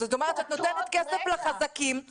זאת אומרת שאת נותנת כסף לחזקים,